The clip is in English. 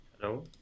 Hello